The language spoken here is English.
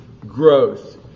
growth